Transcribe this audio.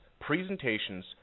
presentations